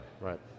Right